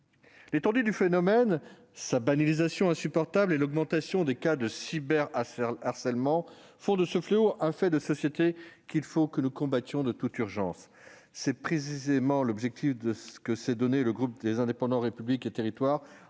L'étendue du phénomène, sa banalisation insupportable et l'augmentation des cas de cyberharcèlement font de ce fléau un fait de société, qu'il faut que nous combattions de toute urgence. C'est précisément l'objectif que s'est donné le groupe Les Indépendants - République et Territoires,